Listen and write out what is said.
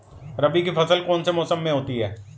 रबी की फसल कौन से मौसम में होती है?